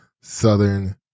Southern